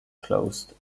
closed